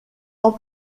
ans